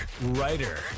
writer